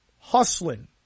hustling